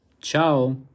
Ciao